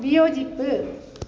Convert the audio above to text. വിയോജിപ്പ്